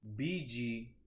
BG